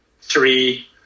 three